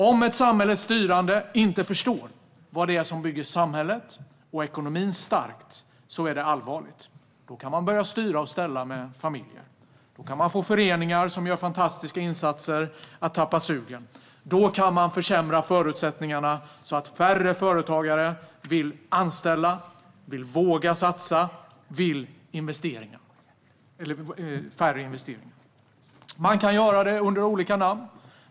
Om ett samhälles styrande inte förstår vad det är som bygger samhället och ekonomin starka är det allvarligt. Då kan man börja styra och ställa med familjerna. Då kan man få föreningar som gör fantastiska insatser att tappa sugen. Då kan man försämra förutsättningarna så att färre företagare vill anställa, våga satsa och investera. Man kan göra det under olika namn.